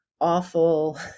awful